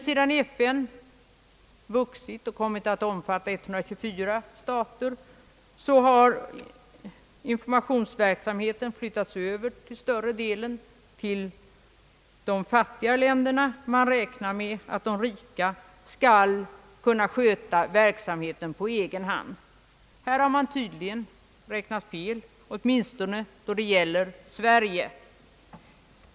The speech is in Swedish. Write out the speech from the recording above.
Sedan FN vuxit och kommit att omfatta 124 stater har dock informationsverksamheten till större delen flyttats över till de fattiga länderna. Man räknade med att de rika länderna skulle kunna sköta verksamheten på egen hand. Här har man tydligen räknat fel, åtminstone då det gäller Sverige.